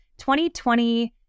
2020